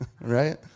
right